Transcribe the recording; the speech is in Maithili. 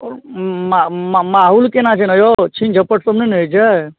मा मा माहौल केना छै ओ यौ छीन झपट तऽ नहि ने होइ छै